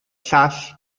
llall